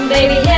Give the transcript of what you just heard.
Baby